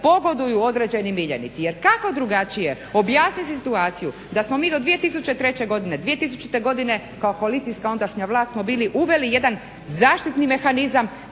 pogoduju određeni miljenici, jer kako drugačije objasniti situaciju da smo mi do 2003. godine, 2000. godine kao koalicijska ondašnja vlast, smo bili uveli jedan zaštitni mehanizam